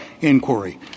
inquiry